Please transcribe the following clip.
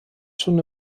schon